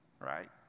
right